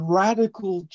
radical